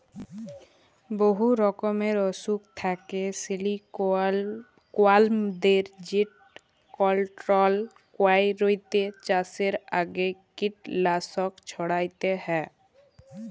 বহুত রকমের অসুখ থ্যাকে সিলিকওয়ার্মদের যেট কলট্রল ক্যইরতে চাষের আগে কীটলাসক ছইড়াতে হ্যয়